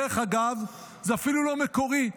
דרך אגב, זה אפילו לא מקורי.